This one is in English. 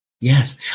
Yes